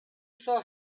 saw